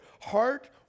heart